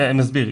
אני מסביר.